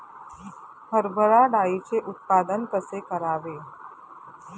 हरभरा डाळीचे उत्पादन कसे करावे?